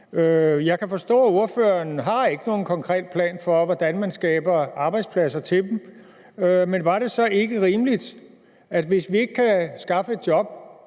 Jeg kan forstå, at ordføreren ikke har nogen konkret plan for, hvordan man skaber arbejdspladser til dem. Men var det så ikke rimeligt, at hvis vi ikke kan skaffe job,